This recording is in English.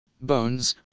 bones